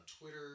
Twitter